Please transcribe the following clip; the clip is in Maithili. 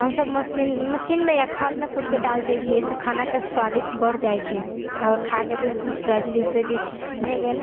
हमसब मशीन मशीनमे या खलमे कूटिके डालि दै छियै एहिसे खानाके स्वादिष्ट बढ़ जाय छै आओर खाके दिल खुश हो जाइत छै जैसेकि भए गेल